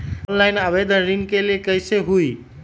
Online आवेदन ऋन के लिए कैसे हुई?